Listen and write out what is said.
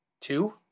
Two